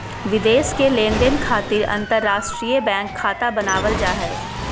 विदेश के लेनदेन खातिर अंतर्राष्ट्रीय बैंक खाता बनावल जा हय